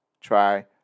try